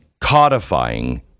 codifying